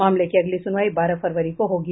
मामले की अगली सुनवाई बारह फरवरी को होगी